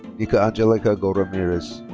nica angelica go ramirez.